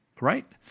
right